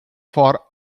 for